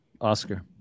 Oscar